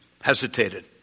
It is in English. hesitated